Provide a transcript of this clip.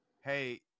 hey